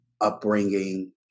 upbringing